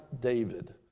David